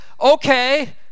okay